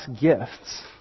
gifts